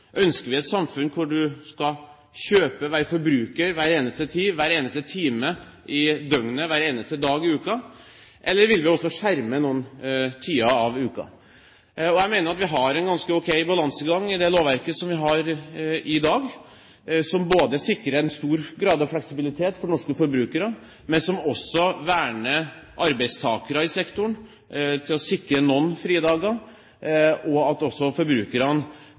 ønsker oss? Ønsker vi et samfunn hvor du skal kjøpe, være forbruker, hver eneste time i døgnet hver eneste dag i uka? Eller vil du skjerme noe av tiden i uka? Jeg mener at vi har en ganske ok balansegang for dette i det lovverket som vi har i dag. Lovverket sikrer en stor grad av fleksibilitet for norske forbrukere, og det verner arbeidstakere i sektoren og sikrer dem noen fridager. Forbrukerne kan også ta noen dager med pause fra kjøpspresset, og